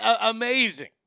Amazing